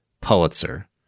Pulitzer